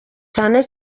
cyane